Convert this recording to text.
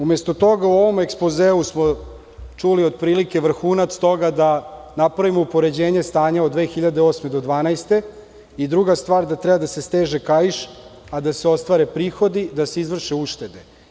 Umesto toga, u ovom ekspozeu smo čuli otprilike vrhunac toga da napravimo upoređenje stanja od 2008. do 2012. godine i, druga stvar, da treba da se steže kaiš, a da se ostvare prihodi, da se izvrše uštede.